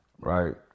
Right